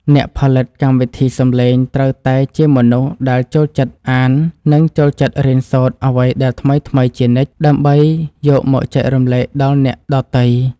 អ្នកផលិតកម្មវិធីសំឡេងត្រូវតែជាមនុស្សដែលចូលចិត្តអាន និងចូលចិត្តរៀនសូត្រអ្វីដែលថ្មីៗជានិច្ចដើម្បីយកមកចែករំលែកដល់អ្នកដទៃ។